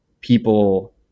people